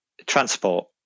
transport